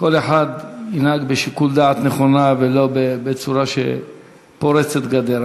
שכל אחד ינהג בשיקול דעת נכון ולא בצורה שפורצת גדר.